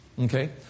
Okay